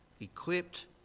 equipped